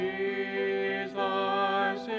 Jesus